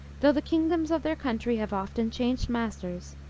though the kingdoms of their country have often changed masters,